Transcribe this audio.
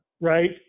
right